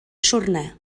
siwrne